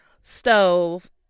stove